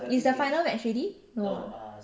it's the final match already no